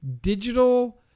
Digital